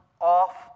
off